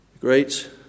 great